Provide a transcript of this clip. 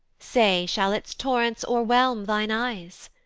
say shall its torrents overwhelm thine eyes?